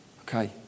okay